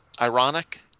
ironic